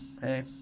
hey